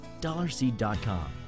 DollarSeed.com